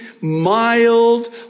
mild